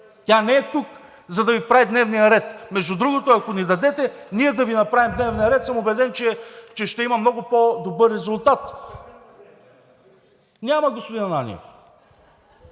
Тя не е тук, за да Ви прави дневния ред. Между другото, ако ни дадете ние да Ви направим дневния ред, съм убеден, че ще има много по-добър резултат. (Реплика от народния